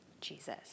Jesus